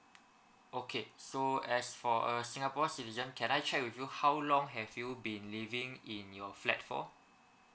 okay so as for a singapore citizen can I check with you how long have you been living in your flat for